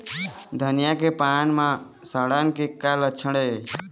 धनिया के पान म सड़न के का लक्षण ये?